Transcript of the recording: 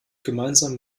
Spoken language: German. gemeinsam